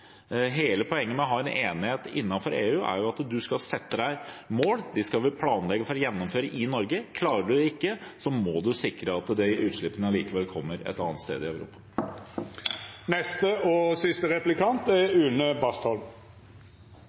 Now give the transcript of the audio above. Hele poenget med å ha en enighet innenfor EU er at en skal sette seg mål. Dem skal vi planlegge for å gjennomføre i Norge. Klarer en ikke det, må en sikre at de utslippene allikevel kommer et annet sted i Europa. Denne debatten handler egentlig om de 37 opprinnelige forslagene fra SV og Arbeiderpartiet, men dette er